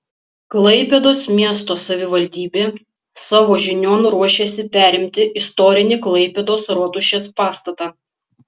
klaipėdos miesto savivaldybė savo žinion ruošiasi perimti istorinį klaipėdos rotušės pastatą